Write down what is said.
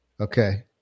Okay